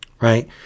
right